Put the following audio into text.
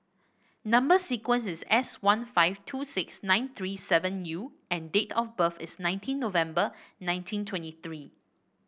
number sequence is S one five two six nine three seven U and date of birth is nineteen November nineteen twenty three